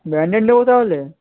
ব্যান্ডের নেব তাহলে